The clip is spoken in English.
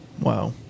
Wow